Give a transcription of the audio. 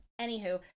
Anywho